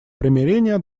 примирения